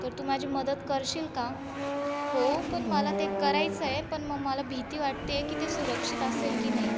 तर तू माझी मदत करशील का हो पण मला ते करायचं आहे पण मग मला भीती वाटते आहे की ते सुरक्षित असेल की नाही